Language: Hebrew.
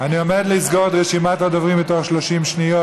אני עומד לסגור את רשימת הדוברים בתוך 30 שניות,